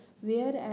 whereas